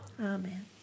amen